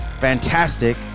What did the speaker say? fantastic